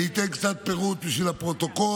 אני אתן קצת פירוט בשביל הפרוטוקול.